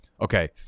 Okay